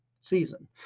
season